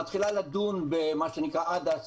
מתחילה לדון במה שנקרא ADAS,